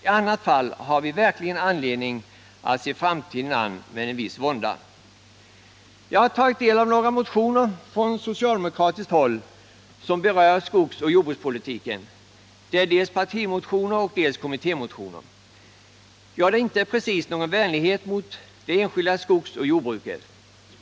I annat fall har vi verkligen anledning att se framtiden an med viss vånda. Jag har tagit del av några motioner från socialdemokratiskt håll som berör skogsoch jordbrukspolitiken. Det är dels partimotioner, dels kommittémotioner. Ja, där finns inte precis någon vänlighet mot det enskilda skogsoch jordbruket.